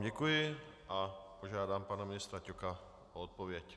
Děkuji a požádám pana ministra Ťoka o odpověď.